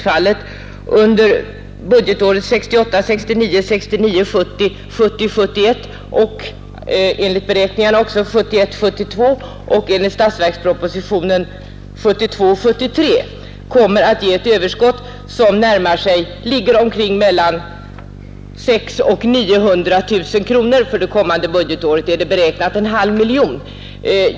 För budgetåren 1968 70, 1970 72 och enligt statsverkspropositionen 1972/73 redovisas överskott som ligger mellan 500 000 och 900 000 kronor beträffande det driftsmässiga utfallet. För innevarande budgetår är överskottet beräknat till en halv miljon kronor.